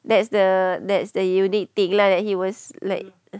that's the that's the unique thing lah that he was like